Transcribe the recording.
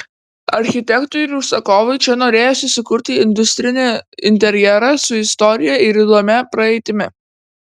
architektui ir užsakovui čia norėjosi sukurti industrinį interjerą su istorija ir įdomia praeitimi